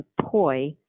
poi